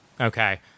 Okay